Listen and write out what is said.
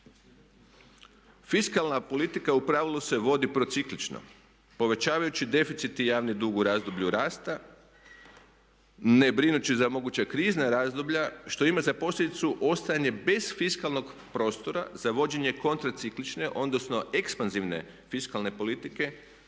Fiskalna politika u pravilu se vodi prociklično povećavajući deficit i javni dug u razdoblju rasta, ne brinući za moguća krizna razdoblja što ima za posljedicu ostajanje bez fiskalnog prostora za vođenje kontraciklične odnosno ekspanzivne fiskalne politike